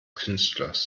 künstlers